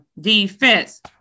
Defense